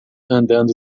andando